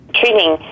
treating